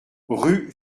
rue